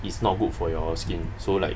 it's not good for your skin so like